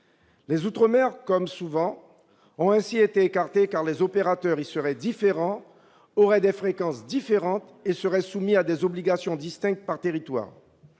Les outre-mer, comme souvent, ont été écartés, car les opérateurs y seraient différents, auraient des fréquences différentes et seraient soumis à des obligations distinctes par territoire.